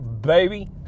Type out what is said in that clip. baby